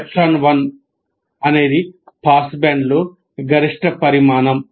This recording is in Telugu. ε1 అనేది పాస్బ్యాండ్లో గరిష్ట పరిమాణం